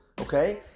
okay